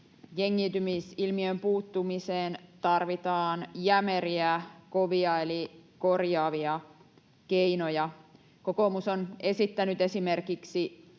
jengiytymisilmiöön puuttumiseen tarvitaan jämeriä, kovia eli korjaavia keinoja. Kokoomus on esittänyt esimerkiksi